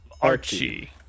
Archie